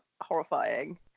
horrifying